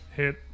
hit